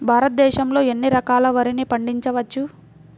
భారతదేశంలో ఎన్ని రకాల వరిని పండించవచ్చు